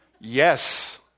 Yes